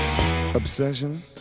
obsession